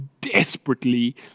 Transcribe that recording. desperately